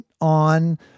on